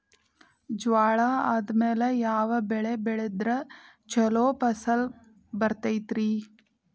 ಜ್ವಾಳಾ ಆದ್ಮೇಲ ಯಾವ ಬೆಳೆ ಬೆಳೆದ್ರ ಛಲೋ ಫಸಲ್ ಬರತೈತ್ರಿ?